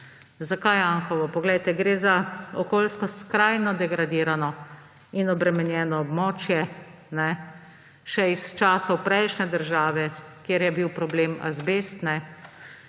Zakaj Anhovo? Poglejte, gre za okoljsko skrajno degradirano in obremenjeno območje še iz časov prejšnje države, kjer je bil problem azbest.